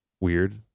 weird